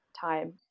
time